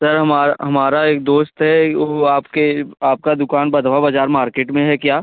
sir हमारा हमारा एक दोस्त है वह आपके आपकी दुकान बधवा बाज़ार मार्केट में है क्या